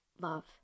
love